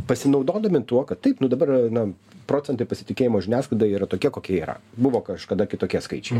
pasinaudodami tuo kad taip nu dabar na procentai pasitikėjimo žiniasklaida yra tokie kokie yra buvo kažkada kitokie skaičiai